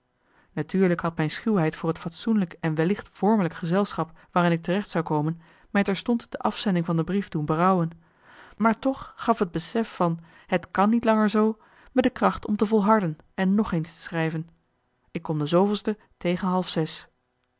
natuurlijk had mijn schuwheid voor het fatsoenlijk en wellicht vormelijk gezelschap waarin ik terecht zou komen mij terstond de afzending van de brief doen berouwen maar toch gaf het besef van het kan niet langer zoo me de kracht om te volharden en nog eens te schrijven ik kom de zooveelste tegen half zes